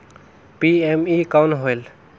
PME कौन होयल?